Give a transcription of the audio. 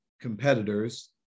competitors